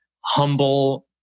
humble